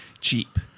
Cheap